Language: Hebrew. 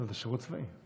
זה שירות צבאי.